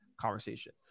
conversation